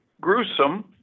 gruesome